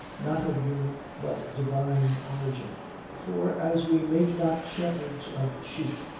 not of human but divine original for, as we make not shepherds of sheep,